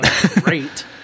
great